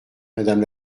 madame